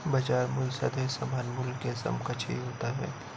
बाजार मूल्य सदैव सामान्य मूल्य के समकक्ष ही होता है